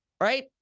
right